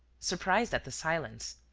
surprised at the silence,